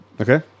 Okay